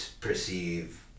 perceive